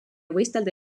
võistelda